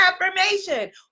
affirmation